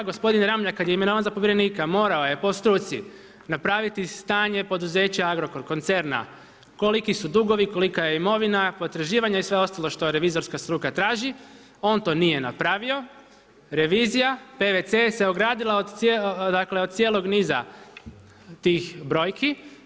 Gospodin RAmljak kada je imenovan za povjerenika morao je po struci napraviti stanje poduzeća Agrokor koncerna, koliki su dugovi, kolika je imovina, potraživanja i sve ostalo što revizorska struka traži, on to nije napravio, revizija, PVC se ogradila od cijelog niza tih brojki.